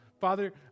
Father